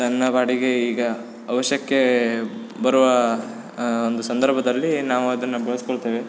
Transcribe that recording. ತನ್ನ ಪಾಡಿಗೆ ಈಗ ಅವಶ್ಯಕ್ಕೆ ಬರುವ ಒಂದು ಸಂದರ್ಭದಲ್ಲಿ ನಾವು ಅದನ್ನ ಬಳ್ಸ್ಕೊಳ್ತೇವೆ